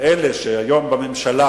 שאלה שהיום בממשלה,